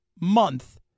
month